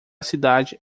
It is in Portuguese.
cidade